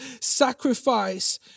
sacrifice